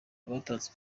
abatanze